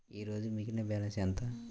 ఈరోజు మిగిలిన బ్యాలెన్స్ ఎంత?